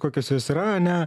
kokios jos yra ane